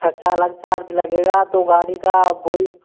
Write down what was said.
खर्चा अलग चार्ज लगेगा तो गाड़ी का वो ही